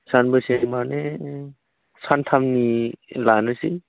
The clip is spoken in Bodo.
सानबेसे माने सानथामनि लानोसै